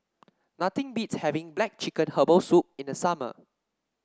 nothing beats having black chicken Herbal Soup in the summer